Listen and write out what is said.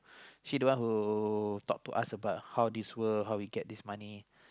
she don't want who talk to us how this work how we get this money